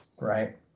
right